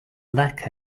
lack